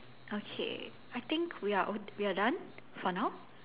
okay I think we are all we are done for now